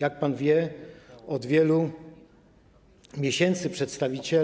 Jak pan wie, od wielu miesięcy przedstawicie